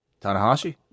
Tanahashi